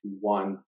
one